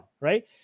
right